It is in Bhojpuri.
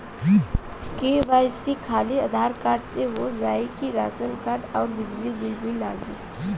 के.वाइ.सी खाली आधार कार्ड से हो जाए कि राशन कार्ड अउर बिजली बिल भी लगी?